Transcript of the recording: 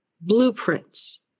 blueprints